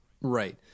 Right